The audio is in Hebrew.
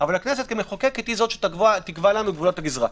אבל הכנסת כמחוקקת היא זאת תקבע לנו את גבולות הגזרה.